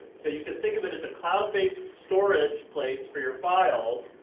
so, you can think of it as a cloud based storage place for your files,